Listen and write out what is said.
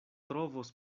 trovos